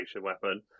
weapon